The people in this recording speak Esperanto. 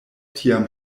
tiam